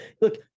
Look